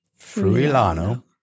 Fruilano